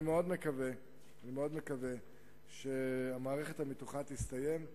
אני מאוד מקווה שהמערכת המתוחה תסתיים,